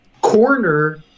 corner